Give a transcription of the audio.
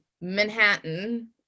Manhattan